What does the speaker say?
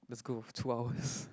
let's go two hours